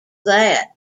that